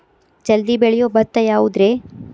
ಜಲ್ದಿ ಬೆಳಿಯೊ ಭತ್ತ ಯಾವುದ್ರೇ?